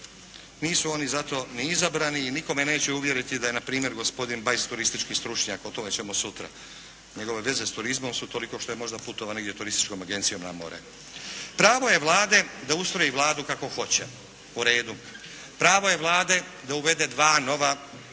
nisu oni za to ni izabrani i nitko me neće uvjeriti da je na primjer gospodin Bajs turistički stručnjak. O tome ćemo sutra. Njegove veze s turizmom su toliko što je možda putovao negdje turističkom agencijom na more. Pravo je Vlade da ustroji Vladu kako hoće. U redu. Pravo je Vlade da uvede dva nova